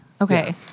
Okay